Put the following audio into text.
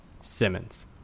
Simmons